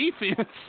defense